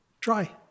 Try